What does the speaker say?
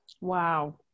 Wow